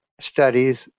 studies